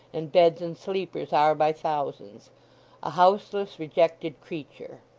and beds and sleepers are by thousands a houseless rejected creature.